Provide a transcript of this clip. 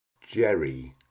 jerry